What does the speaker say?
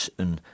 een